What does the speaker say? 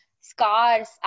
scars